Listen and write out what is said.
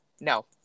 No